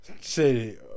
say